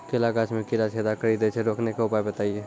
केला गाछ मे कीड़ा छेदा कड़ी दे छ रोकने के उपाय बताइए?